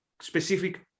specific